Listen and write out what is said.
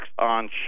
on